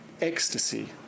ecstasy